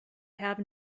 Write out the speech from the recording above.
have